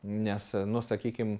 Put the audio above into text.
nes nu sakykim